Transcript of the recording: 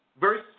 Verse